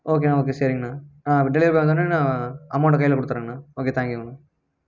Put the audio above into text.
ஓகேண்ணா ஓகே சரிங்கண்ணா ஆ அப்போ டெலிவரி பாய் வந்தோன்னே நான் அமௌண்ட்டை கையில் கொடுத்துட்றேங்கண்ணா ஓகே தேங்க்யூங்கண்ணா